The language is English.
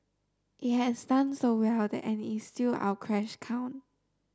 it has done so well that and is still our cash cow